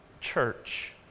church